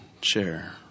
share